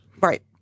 right